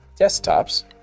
desktops